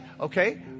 Okay